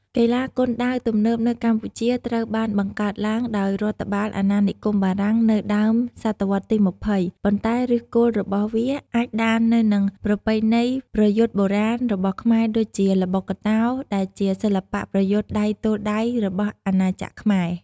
កីឡាគុនដាវទំនើបនៅកម្ពុជាត្រូវបានបង្កើតឡើងដោយរដ្ឋបាលអាណានិគមបារាំងនៅដើមសតវត្សទី២០ ប៉ុន្តែឫសគល់របស់វាអាចដានទៅនឹងប្រពៃណីប្រយុទ្ធបុរាណរបស់ខ្មែរដូចជា បុក្កតោ ដែលជាសិល្បៈប្រយុទ្ធដៃទល់ដៃរបស់អាណាចក្រខ្មែរ។